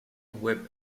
webb